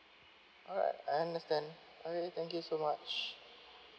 alright I understand okay thank you so much